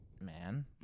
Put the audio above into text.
man